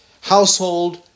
household